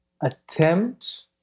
attempt